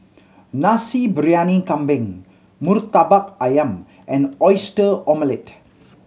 Nasi Briyani Kambing Murtabak Ayam and Oyster Omelette